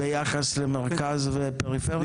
ביחס של מרכז ופריפריה?